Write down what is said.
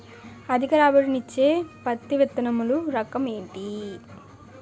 అధిక రాబడి ఇచ్చే పత్తి విత్తనములు రకం ఏంటి?